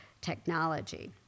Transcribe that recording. technology